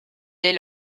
dès